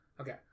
Okay